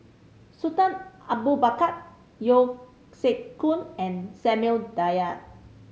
Sultan Abu Bakar Yeo Siak Goon and Samuel Dyer